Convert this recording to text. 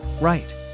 right